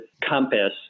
Compass